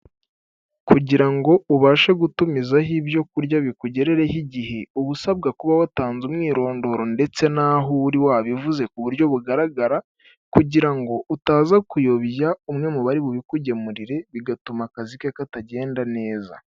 Kugira ngo ubashe gutumizaho ibyokurya bikugeho igihe uba usabwa kuba watanze umwirondoro ndetse nahoho uri wabivuze ku buryo bugaragara, kugira ngo utaza kuyobya umwe mu bari bukugemurire bigatuma akazi ke katagenda neza.